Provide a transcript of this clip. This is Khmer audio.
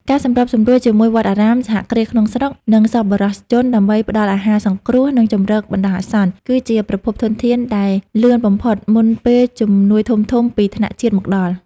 ការសម្របសម្រួលជាមួយវត្តអារាម សហគ្រាសក្នុងស្រុក និងសប្បុរសជនដើម្បីផ្ដល់អាហារសង្គ្រោះ និងជម្រកបណ្ដោះអាសន្ន គឺជាប្រភពធនធានដែលលឿនបំផុតមុនពេលជំនួយធំៗពីថ្នាក់ជាតិមកដល់។